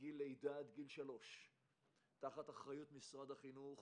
מגיל לידה עד גיל 3 תחת אחריות משרד החינוך.